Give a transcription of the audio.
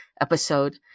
episode